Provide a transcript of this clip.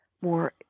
more